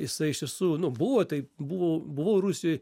jisai iš tiesų buvo taip buvo buvo rusijoj